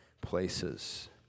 places